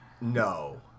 No